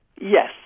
Yes